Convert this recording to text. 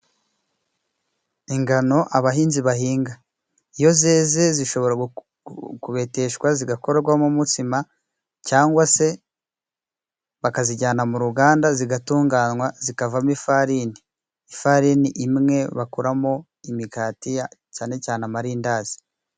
lngano abahinzi bahinga. Iyo zeze zishobora kubeteshwa zigakorwamo umutsima, cyangwa se bakazijyana mu ruganda zigatunganywa zikavamo ifarini. Ifarini imwe bakuramo imigati cyane cyane amarindazi.